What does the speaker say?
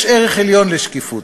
יש ערך עליון לשקיפות.